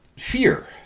fear